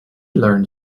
learned